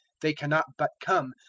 they cannot but come,